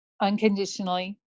unconditionally